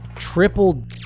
triple